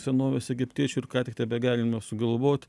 senovės egiptiečių ir ką tik tebegalima sugalvot